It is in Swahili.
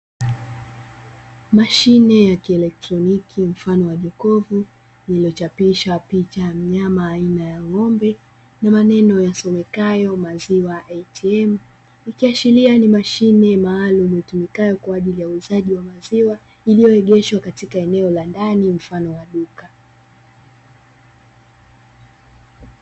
Mashine ya kielektroniki mfano wa jokofu lililochapishwa picha ya mnyama aina ya ng'ombe, na maneno yasomekayo maziwa atm, ikiashiria ni mashine maalumu itumikayo kwaajili ya uuzaji wa maziwa iliyoegeshwa katika eneo la ndani mfano wa duka.